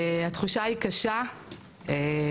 התחושה היא קשה,